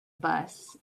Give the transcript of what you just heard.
bus